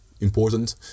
important